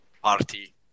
Party